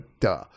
duh